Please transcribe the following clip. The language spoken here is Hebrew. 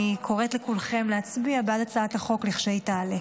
אני קוראת לכולכם להצביע בעד הצעת החוק לכשתעלה.